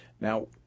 Now